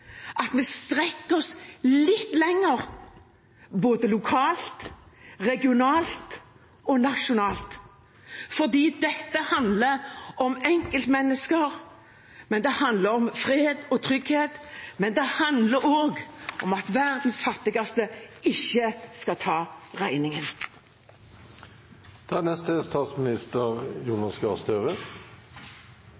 at vi strekker oss litt lenger, både lokalt, regionalt og nasjonalt, for dette handler om enkeltmennesker. Det handler om fred og trygghet, men det handler også om at verdens fattigste ikke skal ta